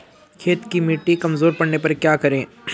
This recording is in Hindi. खेत की मिटी कमजोर पड़ने पर क्या करें?